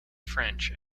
french